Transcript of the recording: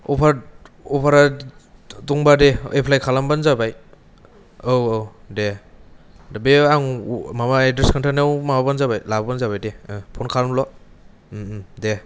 अफारा दंबा दे एफ्लाय खालामबानो जाबाय औ औ दे दाबे आं माबा एद्रेस खोनथानायआव माबा बानो जाबाय लाबोबानो जाबाय दे पन खालामल' दे